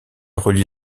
relie